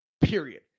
period